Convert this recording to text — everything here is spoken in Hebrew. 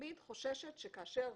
תמיד חוששת שכאשר